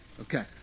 Okay